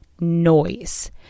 noise